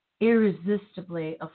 irresistibly